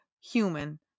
human